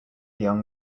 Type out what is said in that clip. young